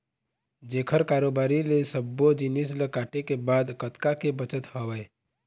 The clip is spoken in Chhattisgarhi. जेखर कारोबारी ले सब्बो जिनिस ल काटे के बाद कतका के बचत हवय